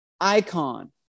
icon